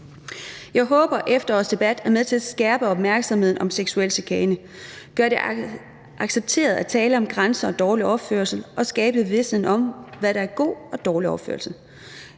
Jeg håber, at efterårets debat er med til at skærpe opmærksomheden om seksuel chikane og gøre det accepteret at tale om grænser og dårlig opførsel og skabe vished om, hvad der er god og dårlig opførsel.